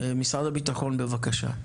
משרד הביטחון, בבקשה.